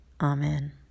Amen